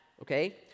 okay